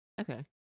Okay